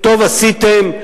טוב עשיתם,